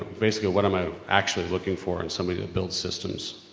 basically, what am i actually looking for in somebody's built systems,